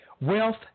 Wealth